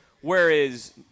whereas